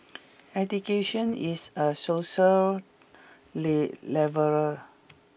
education is a social leveller